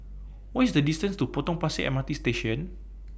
What IS The distance to Potong Pasir M R T Station